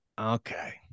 Okay